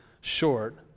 short